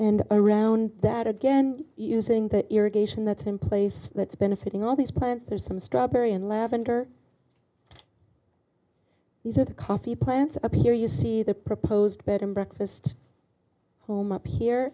and around that again using the irrigation that's in place that's benefiting all these plants there's some strawberry and lavender these are the coffee plants up here you see the proposed bed and breakfast home up here